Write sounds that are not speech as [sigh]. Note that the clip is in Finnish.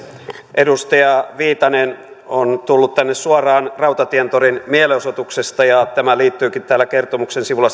edustaja viitanen on tullut tänne suoraan rautatientorin mielenosoituksesta ja tämä liittyykin täällä kertomuksen sivulla [unintelligible]